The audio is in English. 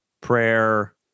prayer